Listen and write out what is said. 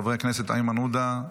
חברי הכנסת איימן עודה,